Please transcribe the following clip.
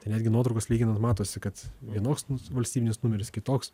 tai netgi nuotraukas lyginant matosi kad vienoks nu valstybinis numeris kitoks